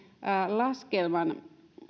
laskelman